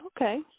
Okay